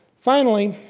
finally,